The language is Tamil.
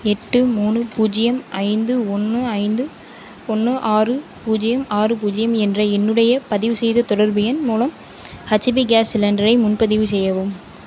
எட்டு மூணு பூஜ்ஜியம் ஐந்து ஒன்று ஐந்து ஒன்று ஆறு பூஜ்ஜியம் ஆறு பூஜ்ஜியம் என்ற என்னுடைய பதிவுசெய்த தொடர்பு எண் மூலம் ஹச்பி கேஸ் சிலிண்டரை முன்பதிவு செய்யவும்